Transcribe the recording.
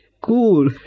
cool